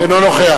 אינו נוכח